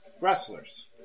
wrestlers